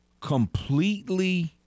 completely